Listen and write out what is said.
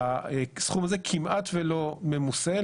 הסכום הזה כמעט ולא ממוסה,